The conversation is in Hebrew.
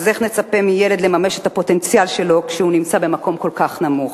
איך נצפה מילד לממש את הפוטנציאל שלו כשהוא נמצא במקום כל כך נמוך?